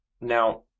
Now